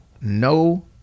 no